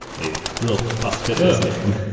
a real auspicious name.